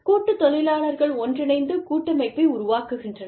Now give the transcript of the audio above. கூட்டுத் தொழிலாளர்கள் ஒன்றிணைந்து கூட்டமைப்பை உருவாக்குகின்றனர்